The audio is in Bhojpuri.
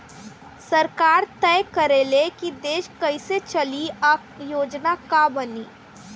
सरकार तय करे ले की देश कइसे चली आ योजना का बनी